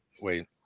Wait